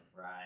Right